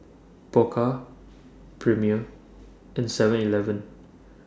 Pokka Premier and Seven Eleven